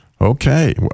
Okay